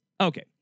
Okay